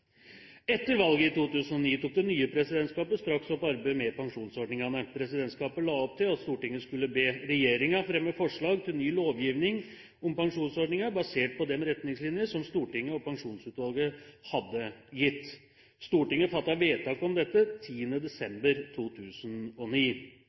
Etter valget i 2009 tok det nye presidentskapet straks opp arbeidet med pensjonsordningene. Presidentskapet la opp til at Stortinget skulle be regjeringen fremme forslag til ny lovgivning om pensjonsordninger basert på de retningslinjene som Stortinget og Pensjonsutvalget hadde gitt. Stortinget fattet vedtak om dette